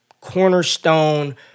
cornerstone